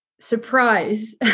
surprise